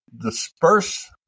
disperse